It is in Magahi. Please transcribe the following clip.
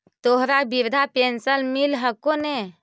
तोहरा वृद्धा पेंशन मिलहको ने?